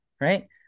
right